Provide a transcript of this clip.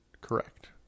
Correct